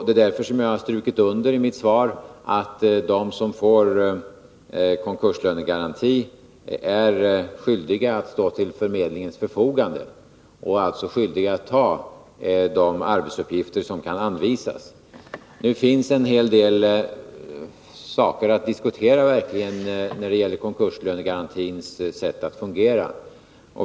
Det är därför som jag i mitt svar har strukit under att de som får konkurslönegaranti är skyldiga att stå till förmedlingens förfogande och skyldiga att ta de arbeten som kan anvisas. Det finns verkligen en hel del saker att diskutera när det gäller konkurslönegarantins sätt att fungera.